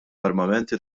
armamenti